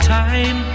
time